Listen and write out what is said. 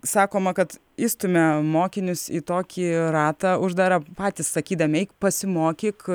sakoma kad įstumia mokinius į tokį ratą uždarą patys sakydami eik pasimokyk